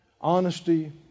Honesty